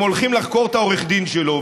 שהם הולכים לחקור את העורך דין שלו,